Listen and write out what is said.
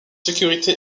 sécurité